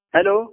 Hello